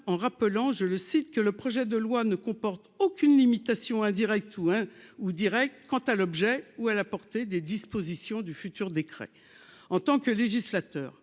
en rappelant, je le cite, que le projet de loi ne comporte aucune limitation indirect ou un ou Direct quant à l'objet ou à la portée des dispositions du futur décret en tant que législateur